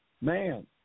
man